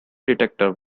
detector